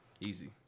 easy